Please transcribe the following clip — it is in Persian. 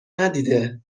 ندیده